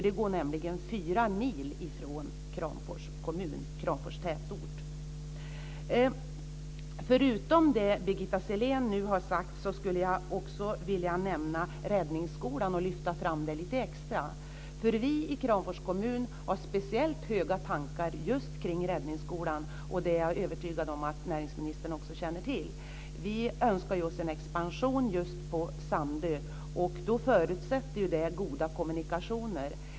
Den går nämligen fyra mil från Kramfors tätort. Förutom det Birgitta Sellén har sagt skulle jag vilja lyfta fram Räddningsskolan lite extra. Vi i Kramfors kommun har speciellt höga tankar just om Räddningsskolan. Det är jag övertygad om att näringsministern också känner till. Vi önskar oss en expansion just på Sandö. Det förutsätter goda kommunikationer.